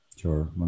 Sure